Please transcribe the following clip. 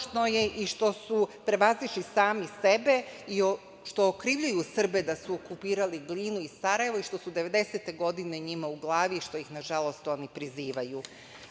Žalosno je i što su prevazišli sami sebe i što okrivljuju Srbe da su okupirali Glinu i Sarajevo i što su devedesete godine njima u glavi, što ih nažalost oni prizivaju.